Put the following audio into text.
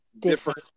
different